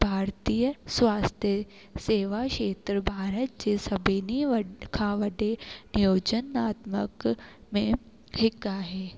भारतीय स्वास्थ्य सेवा खेत्रु भारत जे सभिनी वटि खां वॾे नियोजन नात्मक में हिकु आहे